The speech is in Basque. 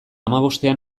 hamabostean